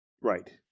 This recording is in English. Right